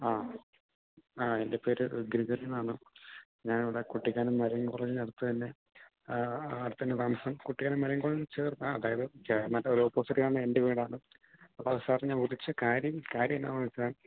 ആ ആ എൻ്റെ പേര് റിതിൽ എന്നാണ് ഞാൻ ഇവിടെ കുട്ടിക്കാനം മറിയൻ കോളനീടെ അടുത്ത് തന്നെ അവിടെ തന്നെ താമസം കുട്ടിക്കാനം മറിയൻകോ ചേർന്ന ആ അതായത് ഒരു ഓപ്പോസിറ്റ് കാണുന്ന എൻ്റെ വീടാണ് അപ്പോൾ സാറെ ഞാൻ വിളിച്ച കാര്യം കാര്യം എന്നാന്നു വെച്ചാൽ